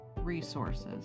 resources